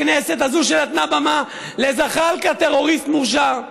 הכנסת הזאת, שנתנה במה לזחאלקה, הטרוריסט המורשע,